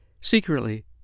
secretly